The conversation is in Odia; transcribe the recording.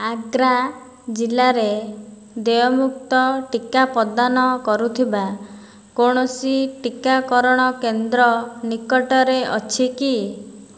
ଆଗ୍ରା ଜିଲ୍ଲାରେ ଦେୟମୁକ୍ତ ଟିକା ପ୍ରଦାନ କରୁଥିବା କୌଣସି ଟିକାକରଣ କେନ୍ଦ୍ର ନିକଟରେ ଅଛି କି